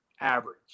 average